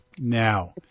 Now